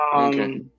Okay